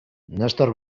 nestor